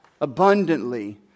abundantly